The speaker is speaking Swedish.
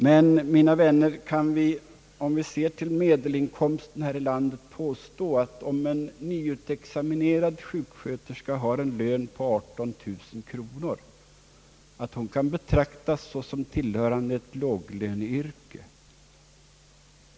Men, mina vänner, kan vi om vi ser på medelinkomsten här i landet påstå att en nyutexaminerad sjuksköterska, som har en lön på 18000 kronor, kan betraktas såsom tillhörande ett låglöneyrke?